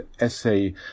essay